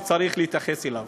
שצריך להתייחס אליו.